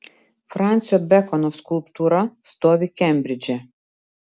fransio bekono skulptūra stovi kembridže